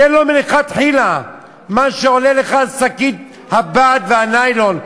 תן לו מלכתחילה מה שעולה לך שקית הבד והניילון,